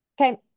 Okay